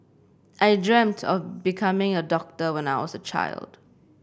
I dreamt of becoming a doctor when I was a child